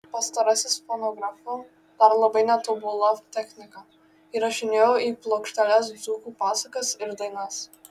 pastarasis fonografu dar labai netobula technika įrašinėjo į plokšteles dzūkų pasakas ir dainas